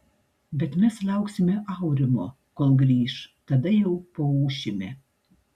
bet mes lauksime aurimo kol grįš tada jau paūšime